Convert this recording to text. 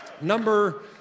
Number